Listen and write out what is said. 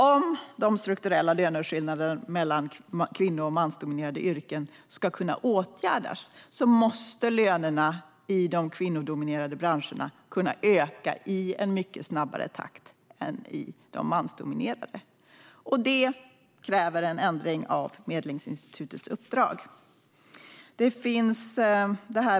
Om de strukturella löneskillnaderna mellan kvinno och mansdominerade yrken ska kunna åtgärdas måste lönerna i de kvinnodominerade branscherna kunna öka i en mycket snabbare takt än i de mansdominerade. Det kräver en ändring av Medlingsinstitutets uppdrag.